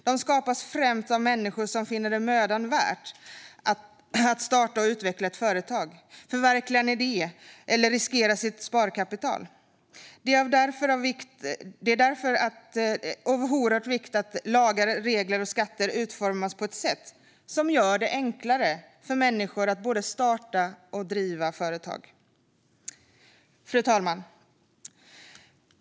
De skapas främst av människor som finner det mödan värt att starta och utveckla företag, förverkliga en idé eller riskera sitt sparkapital. Det är därför oerhört viktigt att lagar, regler och skatter utformas på ett sätt som gör det enklare för människor att starta och driva företag. Fru talman!